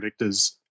predictors